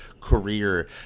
career